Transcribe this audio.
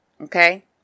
Okay